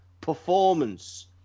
performance